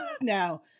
now